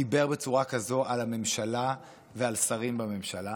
בצורה כזאת על הממשלה ועל שרים בממשלה.